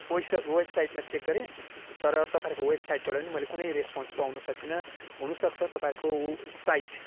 वेबसाइटमा चेक गरेँ तर तपाईँहरूको वेबसाइटबाट पनि मैले कुनै रेसपोन्स पाउन सकिनँ हुनुसक्छ तपाईँहरूको वेबसाइट